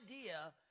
idea